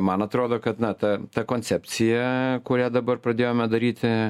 man atrodo kad na ta ta koncepcija kuria dabar pradėjome daryti